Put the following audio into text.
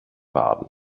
baden